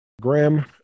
Graham